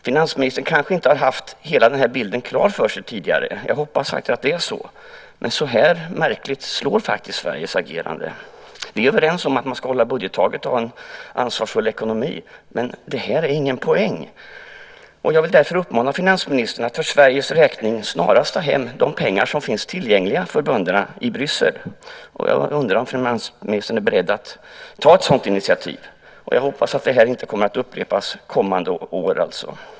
Finansministern kanske inte har haft hela bilden klar för sig - jag hoppas att det är så. Men så här märkligt slår faktiskt Sveriges agerande. Vi är överens om att man ska hålla budgettaket och ha en ansvarsfull ekonomi, men det här är ingen poäng. Jag vill därför uppmana finansministern att för Sveriges räkning snarast ta hem de pengar som finns tillgängliga för bönderna i Bryssel. Jag undrar om finansministern är beredd att ta ett sådant initiativ. Jag hoppas att det här inte kommer att upprepas kommande år.